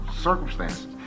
circumstances